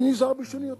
אני נזהר בלשוני יותר.